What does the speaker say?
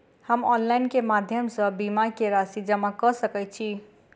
हम ऑनलाइन केँ माध्यम सँ बीमा केँ राशि जमा कऽ सकैत छी?